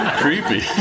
creepy